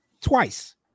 Twice